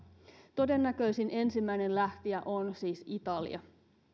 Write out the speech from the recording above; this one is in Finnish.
todennäköisin ensimmäinen lähtijä on siis italia